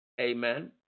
Amen